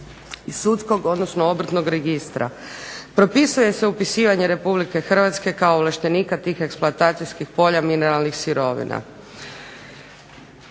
iz sudskog, odnosno obrtnog registra. Propisuje se upisivanje Republike Hrvatske kao ovlaštenika tih eksploatacijskih polja mineralnih sirovina.